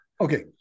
Okay